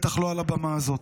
בטח לא על הבמה הזאת.